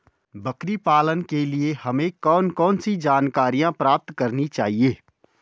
बकरी पालन के लिए हमें कौन कौन सी जानकारियां प्राप्त करनी चाहिए?